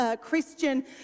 Christian